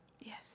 Yes